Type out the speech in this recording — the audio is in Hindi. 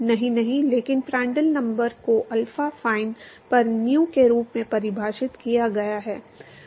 नहीं नहीं लेकिन प्रांड्टल नंबर को अल्फा फाइन पर नूयू के रूप में परिभाषित किया गया है